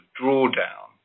drawdown